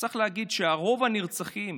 צריך להגיד שרוב הנרצחים,